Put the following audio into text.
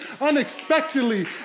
unexpectedly